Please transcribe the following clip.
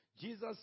Jesus